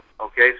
Okay